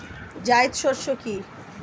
জায়িদ শস্য কি?